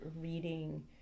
reading